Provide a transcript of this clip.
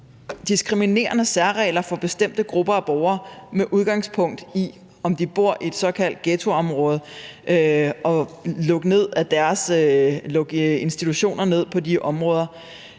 diskriminerende særregler for bestemte grupper af borgere med udgangspunkt i, om de bor i et såkaldt ghettoområde, og lukke deres institutioner i de områder.